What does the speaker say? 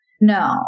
No